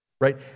right